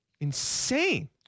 Insane